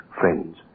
friends